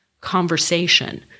conversation